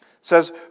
says